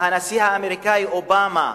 הנשיא האמריקני אובמה